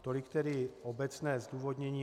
Tolik tedy obecné zdůvodnění.